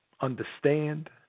understand